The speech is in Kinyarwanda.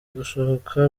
gusohoka